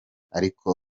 ariko